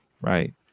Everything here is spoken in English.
Right